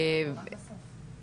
רק בסוף.